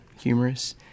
humorous